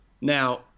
Now